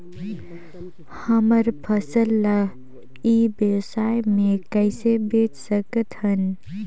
हमर फसल ल ई व्यवसाय मे कइसे बेच सकत हन?